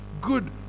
good